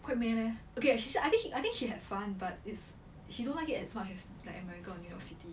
quite meh leh okay actually I think she I think she had fun but is she don't like it as much as like america or new york city